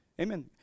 Amen